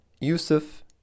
Yusuf